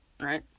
Right